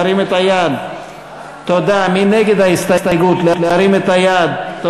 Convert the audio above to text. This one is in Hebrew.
ההסתייגות של קבוצת סיעת העבודה וקבוצת